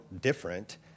different